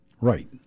Right